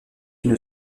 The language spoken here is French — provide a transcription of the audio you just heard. une